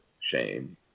shame